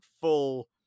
full